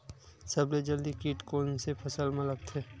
सबले जल्दी कीट कोन से फसल मा लगथे?